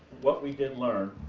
what we did learn,